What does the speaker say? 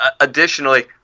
Additionally